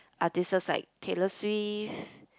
artistes like Taylor-Swift